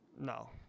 No